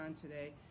today